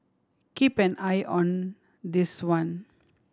keep an eye on this one